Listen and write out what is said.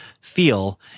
feel